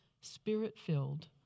spirit-filled